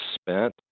spent